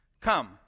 Come